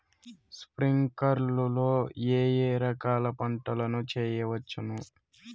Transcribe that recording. స్ప్రింక్లర్లు లో ఏ ఏ రకాల పంటల ను చేయవచ్చును?